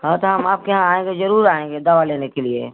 हाँ तो हम आपके यहाँ आएँगे जरूर आएँगे दवा लेने के लिए